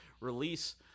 release